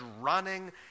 running